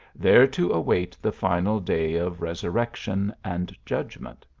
there to await the final day of resurrection and judgment.